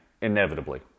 inevitably